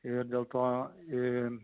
ir dėl to ir